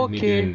Okay